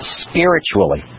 spiritually